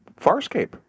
Farscape